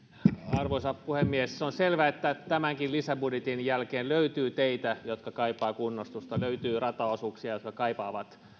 arvoisa puhemies se on selvä että tämänkin lisäbudjetin jälkeen löytyy teitä jotka kaipaavat kunnostusta löytyy rataosuuksia jotka kaipaavat